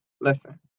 Listen